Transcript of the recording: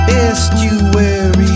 estuary